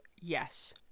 yes